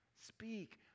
speak